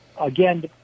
again